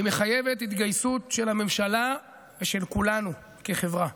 והיא מחייבת התגייסות של הממשלה ושל כולנו כחברה.